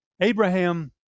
Abraham